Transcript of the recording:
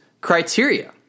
criteria